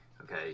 okay